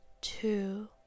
two